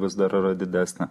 vis dar yra didesnė